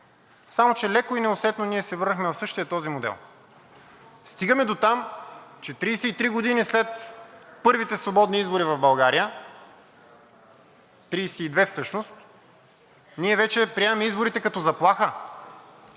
Само че леко и неусетно ние се върнахме в същия този модел. Стигаме дотам, че 33 години след първите свободни избори в България – 32 всъщност, ние вече приемаме изборите като заплаха.